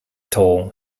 toll